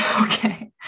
Okay